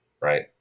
right